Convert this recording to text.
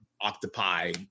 octopi